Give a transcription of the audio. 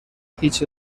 هیچ